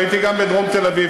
והייתי גם בדרום תל-אביב,